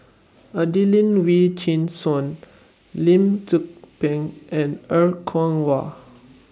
Adelene Wee Chin Suan Lim Tze Peng and Er Kwong Wah